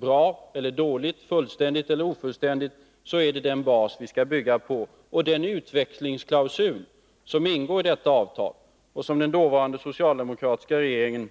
Bra eller dåligt, fullständigt eller ofullständigt, är det ändå den bas som vi skall bygga på. Den utvecklingsklausul som ingår i detta avtal är densamma som också den dåvarande socialdemokratiska regeringen